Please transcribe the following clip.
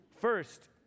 First